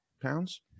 pounds